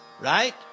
Right